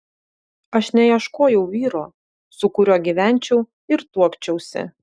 aš neieškojau vyro su kuriuo gyvenčiau ir tuokčiausi